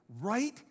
right